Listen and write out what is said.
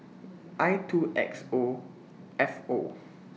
I two X O F O